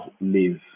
live